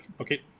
Okay